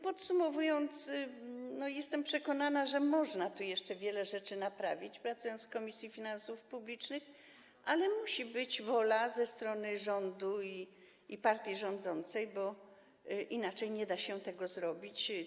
Podsumowując, jestem przekonana, że można tu jeszcze wiele rzeczy naprawić, pracując w Komisji Finansów Publicznych, ale musi być w tym zakresie wola rządu i partii rządzącej, bo inaczej nie da się tego zrobić.